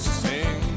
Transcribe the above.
sing